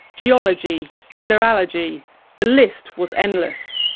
geology, mineralogy the list was endless.